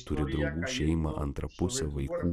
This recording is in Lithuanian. turi draugų šeimą antrą pusę vaikų